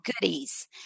goodies